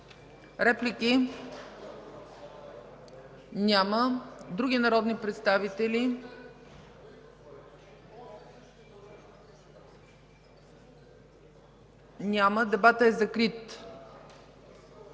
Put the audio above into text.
Реплики? Няма. Други народни представители? Няма. Дебатът е закрит.